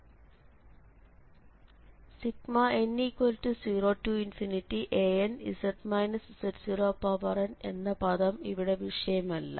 n0anz z0n എന്ന പദം ഇവിടെ വിഷയമല്ല